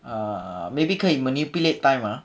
err maybe 可以 manipulate time ah